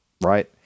right